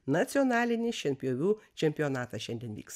nacionalinis šienpjovių čempionatas šiandien vyks